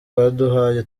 baduhaye